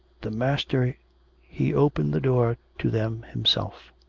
the master. he opened the door to them himself.